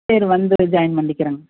சரி வந்து ஜாயின் பண்ணிக்குறேங்க